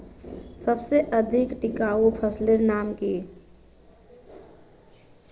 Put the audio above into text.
सबसे अधिक टिकाऊ फसलेर नाम की?